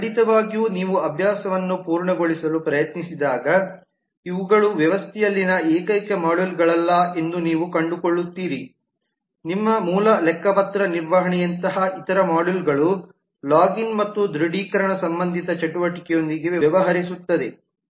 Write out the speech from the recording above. ಖಂಡಿತವಾಗಿಯೂ ನೀವು ಅಭ್ಯಾಸವನ್ನು ಪೂರ್ಣಗೊಳಿಸಲು ಪ್ರಯತ್ನಿಸಿದಾಗ ಇವುಗಳು ವ್ಯವಸ್ಥೆಯಲ್ಲಿನ ಏಕೈಕ ಮಾಡ್ಯೂಲ್ಗಳಲ್ಲ ಎಂದು ನೀವು ಕಂಡುಕೊಳ್ಳುತ್ತೀರಿ ನಿಮ್ಮ ಮೂಲ ಲೆಕ್ಕಪತ್ರ ನಿರ್ವಹಣೆಯಂತಹ ಇತರ ಮಾಡ್ಯೂಲ್ಗಳು ಲಾಗಿನ್ ಮತ್ತು ದೃಢೀಕರಣ ಸಂಬಂಧಿತ ಚಟುವಟಿಕೆಯೊಂದಿಗೆ ವ್ಯವಹರಿಸುತ್ತದೆ